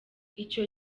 icyo